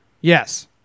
Yes